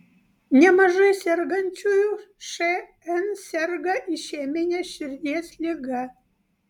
nemažai sergančiųjų šn serga išemine širdies liga